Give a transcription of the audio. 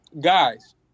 Guys